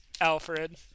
Alfred